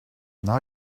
now